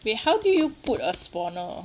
wait how do you put a spawner